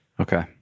Okay